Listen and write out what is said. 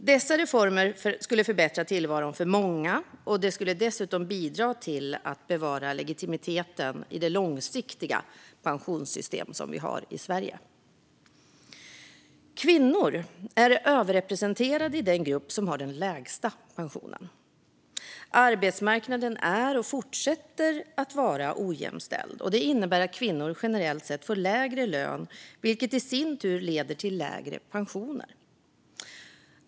Dessa reformer skulle förbättra tillvaron för många och dessutom bidra till att bevara legitimiteten i det långsiktiga pensionssystem som vi har i Sverige. Kvinnor är överrepresenterade i den grupp som har den lägsta pensionen. Arbetsmarknaden är och fortsätter att vara ojämställd. Det innebär att kvinnor generellt sett får lägre lön, vilket i sin tur leder till lägre pensioner.